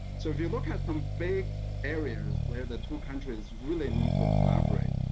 so if you look at some big areas where the two countries really need to collaborate,